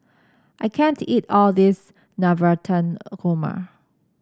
I can't eat all of this Navratan Korma